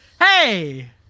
Hey